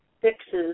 fixes